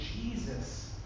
Jesus